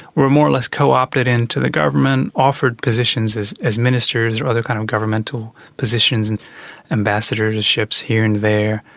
were more or less co-opted into the government, offered positions as as ministers or other kind of governmental positions and ambassadorships here and there.